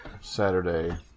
Saturday